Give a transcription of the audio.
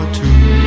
two